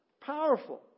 Powerful